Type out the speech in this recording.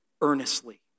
earnestly